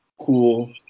cool